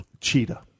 Cheetah